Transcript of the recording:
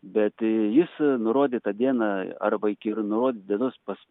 bet jis nurodytą dieną arba iki nurodytos dienos pas